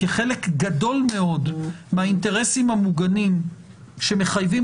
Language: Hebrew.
כי חלק גדול מאוד מהאינטרסים המוגנים שמחייבים